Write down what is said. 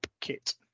kit